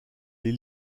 les